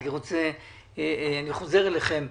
אני רוצה לשמוע את משרד המשפטים.